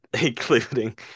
including